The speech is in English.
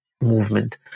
movement